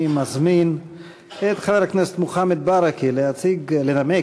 אני מזמין את חבר הכנסת מוחמד ברכה לנמק